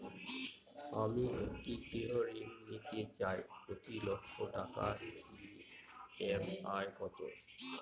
আমি একটি গৃহঋণ নিতে চাই প্রতি লক্ষ টাকার ই.এম.আই কত?